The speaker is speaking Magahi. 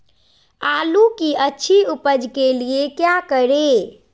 आलू की अच्छी उपज के लिए क्या करें?